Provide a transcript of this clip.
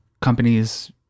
companies